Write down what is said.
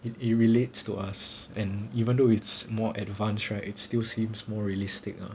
it it relates to us and even though it's more advanced right it still seems more realistic ah